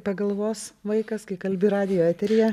pagalvos vaikas kai kalbi radijo eteryje